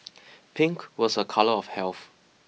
pink was a colour of health